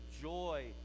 joy